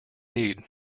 need